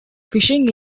fishing